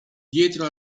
dietro